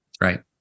Right